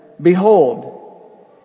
Behold